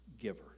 giver